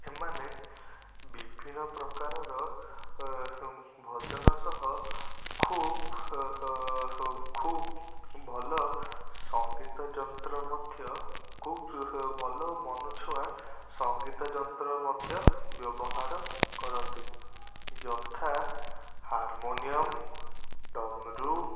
ଏମାନେ ବିଭିନ୍ନ ପ୍ରକାରର ଭଜନ ସହ ଖୁବ ଖୁବ ଖୁବ ଭଲ ସଙ୍ଗୀତ ଯନ୍ତ୍ର ମଧ୍ୟ ଖୁବ ଭଲ ମନଛୁଆଁ ସଙ୍ଗୀତ ଯନ୍ତ୍ର ମଧ୍ୟ ବ୍ୟବହାର କରନ୍ତି ଯଥା ହାରମୋନିୟମ୍ ଡମ୍ବରୁ